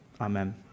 amen